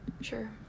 Sure